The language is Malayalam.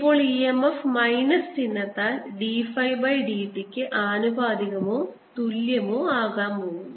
ഇപ്പോൾ e m f മൈനസ് ചിഹ്നത്താൽ d phi by d t യ്ക്ക് ആനുപാതികമോ തുല്യമോ ആകാൻ പോകുന്നു